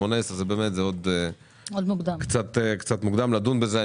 גיל 18 עוד קצת מוקדם לדון בזה.